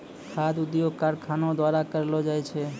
खाद्य उद्योग कारखानो द्वारा करलो जाय छै